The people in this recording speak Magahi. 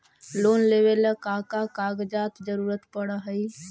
लोन लेवेला का का कागजात जरूरत पड़ हइ?